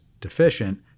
deficient